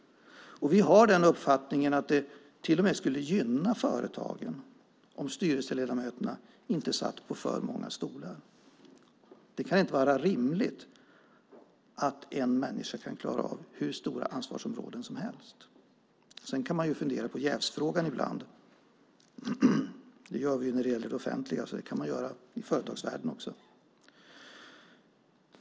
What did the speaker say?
Vi har uppfattningen att det till och med skulle gynna företagen om styrelseledamöterna inte satt på för många stolar. Det kan rimligen inte vara så att en människa kan klara av hur stora ansvarsområden som helst. Sedan kan man fundera på jävsfrågan ibland. Det gör vi när det gäller det offentliga, och det kan man göra i företagsvärlden också.